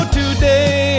today